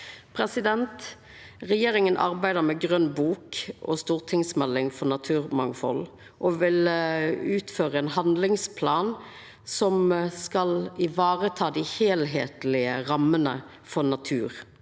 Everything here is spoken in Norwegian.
ansvar. Regjeringa arbeider med Grøn bok og ei stortingsmelding for naturmangfald og vil utføra ein handlingsplan som skal vareta dei heilskaplege rammene for natur,